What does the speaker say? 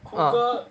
ah